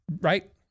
Right